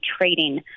trading